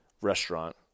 restaurant